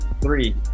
three